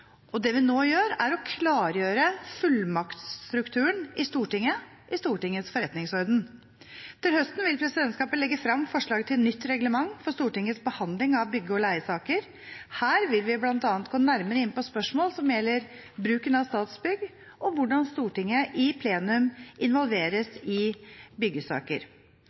og det vi nå gjør, er å klargjøre fullmaktstrukturen i Stortinget i Stortingets forretningsorden. Til høsten vil presidentskapet legge frem forslag til nytt reglement for Stortingets behandling av bygge- og leiesaker. Her vil vi bl.a. gå nærmere inn på spørsmål som gjelder bruken av Statsbygg, og hvordan Stortinget i plenum involveres i byggesaker.